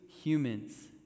humans